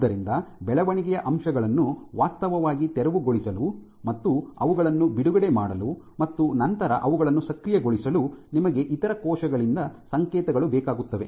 ಆದ್ದರಿಂದ ಬೆಳವಣಿಗೆಯ ಅಂಶಗಳನ್ನು ವಾಸ್ತವವಾಗಿ ತೆರವುಗೊಳಿಸಲು ಮತ್ತು ಅವುಗಳನ್ನು ಬಿಡುಗಡೆ ಮಾಡಲು ಮತ್ತು ನಂತರ ಅವುಗಳನ್ನು ಸಕ್ರಿಯಗೊಳಿಸಲು ನಿಮಗೆ ಇತರ ಕೋಶಗಳಿಂದ ಸಂಕೇತಗಳು ಬೇಕಾಗುತ್ತವೆ